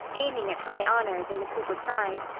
aiming at high honors and the cooper prize,